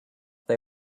they